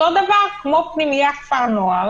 אותו דבר כמו פנימיית כפר נוער